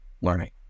learning